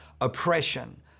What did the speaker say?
oppression